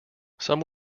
some